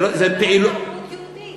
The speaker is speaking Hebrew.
זה לא, זה פעילות, תרבות יהודית.